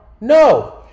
No